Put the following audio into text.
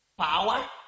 Power